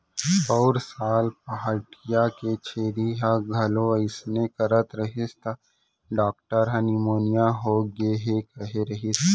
पउर साल पहाटिया के छेरी ह घलौ अइसने करत रहिस त डॉक्टर ह निमोनिया होगे हे कहे रहिस